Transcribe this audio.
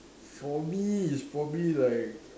for me it's probably like